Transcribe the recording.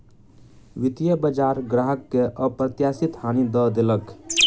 वित्तीय बजार ग्राहक के अप्रत्याशित हानि दअ देलक